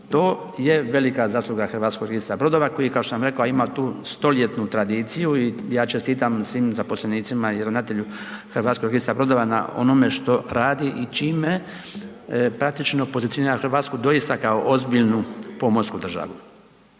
To je velika zasluga HRB-a koji, kao što sam rekao, ima tu stoljetnu tradiciju i ja čestitam svim zaposlenicima i ravnatelju HRB-a na onome što radi i čime praktično pozicionira Hrvatsku doista kao ozbiljnu pomorsku državu.